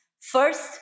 first